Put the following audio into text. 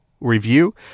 review